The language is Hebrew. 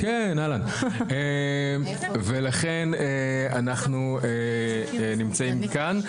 ולכן אנחנו נמצאים כאן.